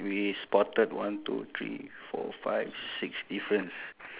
twelve or ten